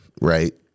right